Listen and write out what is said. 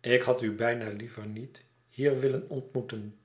ik had u bijna liever niet hier willen ontmoeten